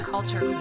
Culture